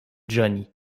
johnny